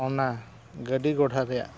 ᱚᱱᱟ ᱜᱟᱹᱰᱤ ᱜᱷᱚᱲᱟ ᱨᱮᱱᱟᱜ